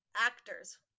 actors